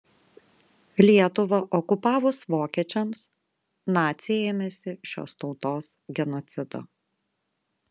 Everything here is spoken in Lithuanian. lietuvą okupavus vokiečiams naciai ėmėsi šios tautos genocido